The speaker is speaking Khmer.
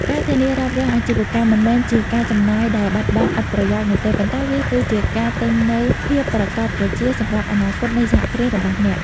ការធានារ៉ាប់រងអាជីវកម្ម មិនមែនជាការចំណាយដែលបាត់បង់ឥតប្រយោជន៍នោះទេ ប៉ុន្តែវាគឺជាការទិញនូវ "ភាពប្រាកដប្រជា" សម្រាប់អនាគតនៃសហគ្រាសរបស់អ្នក។